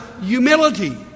humility